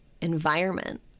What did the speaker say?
environment